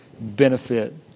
benefit